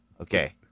Okay